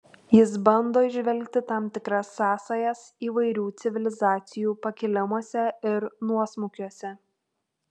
jis bando įžvelgti tam tikras sąsajas įvairių civilizacijų pakilimuose ir nuosmukiuose